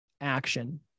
action